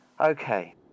okay